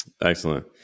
Excellent